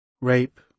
rape